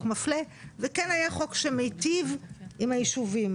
מפלה וכן היה חוק שמיטיב עם היישובים.